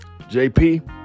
JP